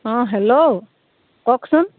অঁ হেল্ল' কওকচোন